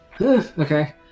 Okay